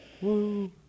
Woo